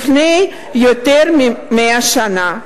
לפני יותר מ-100 שנה.